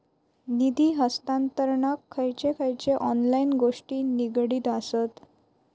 निधी हस्तांतरणाक खयचे खयचे ऑनलाइन गोष्टी निगडीत आसत?